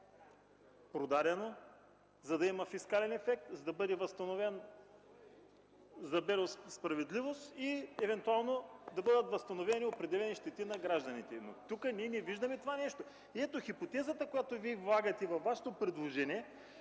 продадено, за да има фискален ефект, за да бъде възстановена справедливост и евентуално да бъдат възстановени определени щети на гражданите. Тук ние не виждаме това нещо. В хипотезата, която Вие влагате във Вашето предложение,